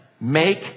make